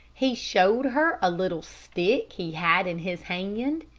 he showed her a little stick he had in his hand,